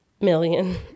million